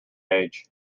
age